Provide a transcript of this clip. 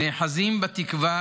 נאחזות בתקווה